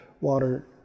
water